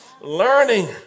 learning